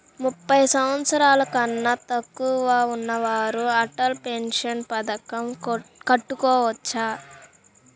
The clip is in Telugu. ముప్పై సంవత్సరాలకన్నా తక్కువ ఉన్నవారు అటల్ పెన్షన్ పథకం కట్టుకోవచ్చా?